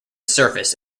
surface